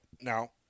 Now